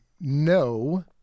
no